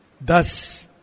thus